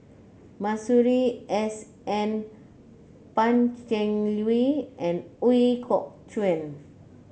Masuri S N Pan Cheng Lui and Ooi Kok Chuen